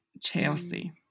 Chelsea